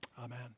Amen